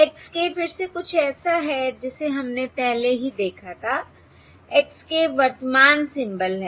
x k फिर से कुछ ऐसा है जिसे हमने पहले ही देखा था x k वर्तमान सिंबल है